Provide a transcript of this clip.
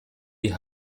die